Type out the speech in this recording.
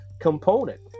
component